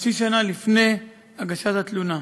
חצי שנה לפני הגשת התלונה.